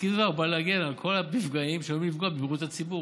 תסקיר סביבה בא להגן מכל המפגעים שעלולים לפגוע בבריאות הציבור,